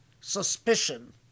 suspicion